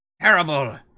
terrible